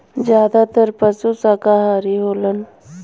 जादातर पसु साकाहारी होलन